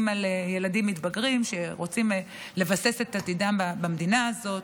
אימא לילדים מתבגרים שרוצים לבסס את עתידם במדינה הזאת.